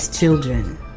children